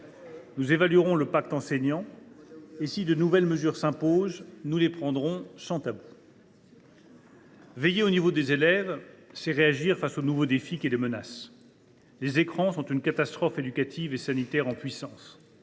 Nous évaluerons le pacte enseignant et, si de nouvelles mesures s’imposent, nous les prendrons, sans tabou. « Veiller au niveau des élèves, c’est réagir face aux nouveaux défis qui le menacent. « Les écrans sont une catastrophe éducative et sanitaire en puissance.